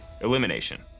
elimination